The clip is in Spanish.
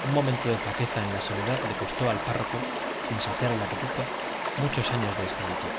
un momento de flaqueza en la soledad le costó al párroco sin saciar el apetito muchos años de esclavitud